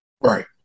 right